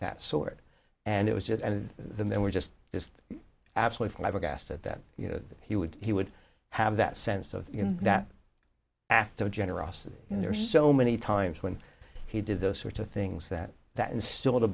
that sort and it was that and the men were just just absolutely flabbergasted that you know he would he would have that sense of that act of generosity in there so many times when he did those sorts of things that that instilled a